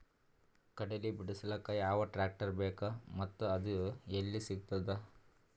ಕಡಲಿ ಬಿಡಿಸಲಕ ಯಾವ ಟ್ರಾಕ್ಟರ್ ಬೇಕ ಮತ್ತ ಅದು ಯಲ್ಲಿ ಸಿಗತದ?